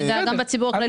גם בציבור הגדול.